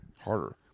Harder